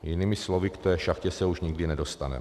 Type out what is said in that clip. Jinými slovy, k té šachtě se už nikdy nedostaneme.